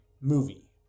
movie